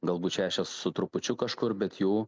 galbūt šešios su trupučiu kažkur bet jau